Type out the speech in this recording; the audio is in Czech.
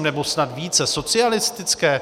Nebo snad více socialistické?